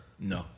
No